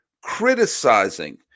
criticizing